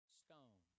stone